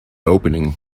opening